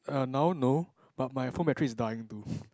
!aiya! now no but my phone battery is dying too